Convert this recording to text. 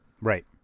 Right